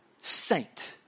Saint